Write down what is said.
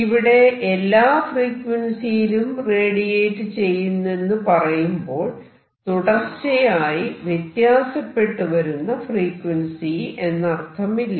ഇവിടെ എല്ലാ ഫ്രീക്വൻസിയിലും റേഡിയേറ്റ് ചെയ്യുന്നെന്ന് പറയുമ്പോൾ തുടർച്ചയായി വ്യത്യാസപ്പെട്ടുവരുന്ന ഫ്രീക്വൻസി എന്നർത്ഥമില്ല